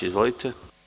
Izvolite.